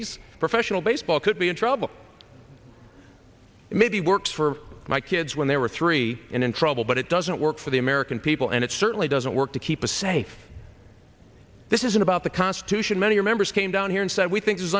the professional baseball could be in trouble maybe works for my kids when they were three in trouble but it doesn't work for the american people and it certainly doesn't work to keep us safe this isn't about the constitution many members came down here and said we think it